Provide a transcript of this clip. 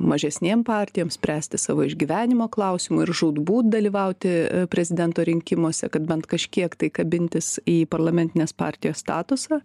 mažesnėm partijom spręsti savo išgyvenimo klausimų ir žūtbūt dalyvauti prezidento rinkimuose kad bent kažkiek tai kabintis į parlamentinės partijos statusą